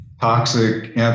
Toxic